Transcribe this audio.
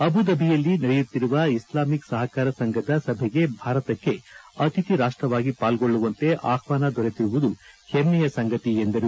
ಅಬುಧಾಬಿಯಲ್ಲಿ ನಡೆಯುತ್ತಿರುವ ಇಸ್ಲಾಮಿಕ್ ಸಹಕಾರ ಸಂಘದ ಸಭೆಗೆ ಭಾರತಕ್ಕೆ ಅತಿಥಿ ರಾಷ್ಟವಾಗಿ ಪಾಲ್ಗೊಳ್ಳುವಂತೆ ಆಹ್ವಾನ ದೊರೆತಿರುವುದು ಹೆಮ್ಮೆಯ ಸಂಗತಿ ಎಂದರು